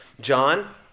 John